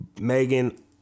Megan